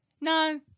No